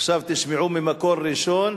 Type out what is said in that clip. עכשיו תשמעו ממקור ראשון